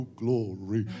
glory